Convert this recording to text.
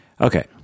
Okay